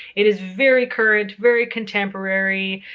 it is very current, very contemporary,